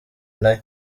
nayo